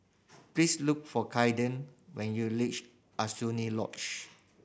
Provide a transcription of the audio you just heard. please look for Kayden when you reach Lodge